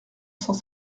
cent